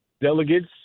delegates